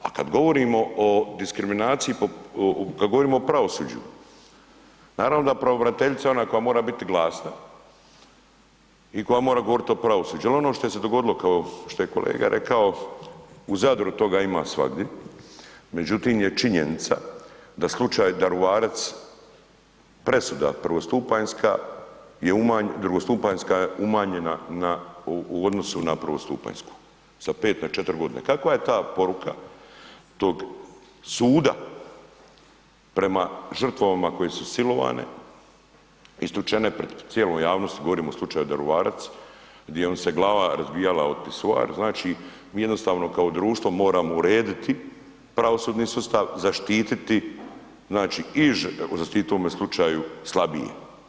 A kad govorimo o diskriminaciji po, kad govorimo o pravosuđu, naravno da je pravobraniteljica ona koja mora biti glasna i koja mora govorit o pravosuđu jel ono što se je dogodilo kao što je kolega rekao u Zadru, toga ima svagdje, međutim je činjenica da slučaj Daruvarac, presuda prvostupanjska je, drugostupanjska umanjena na, u odnosu na prvostupanjsku, sa 5 na 4.g. Kakva je ta poruka tog suda prema žrtvama koje su silovane, istučene pred cijelom javnosti, govorimo o slučaju Daruvarac, di joj se glava razbijala od pisoar, znači mi jednostavno kao društvo moramo urediti pravosudni sustav, zaštititi znači i, zaštititi u ovome slučaju slabije.